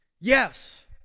Yes